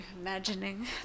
imagining